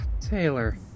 Taylor